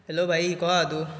hello भाई कसो आसा तूं